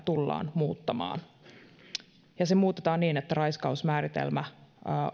tullaan muuttamaan ja se muutetaan niin että raiskausmääritelmä